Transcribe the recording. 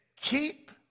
keep